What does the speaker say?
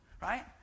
Right